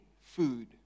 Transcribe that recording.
food